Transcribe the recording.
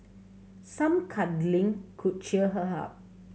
some cuddling could cheer her up